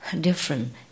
different